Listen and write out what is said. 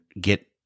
get